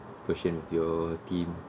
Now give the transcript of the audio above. patience for your team